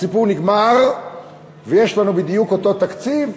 הסיפור נגמר ויש לנו בדיוק אותו תקציב,